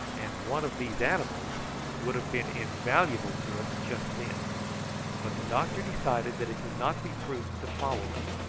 and one of these animals would have been invaluable to us just then but the doctor decided that it would not be prudent to follow them,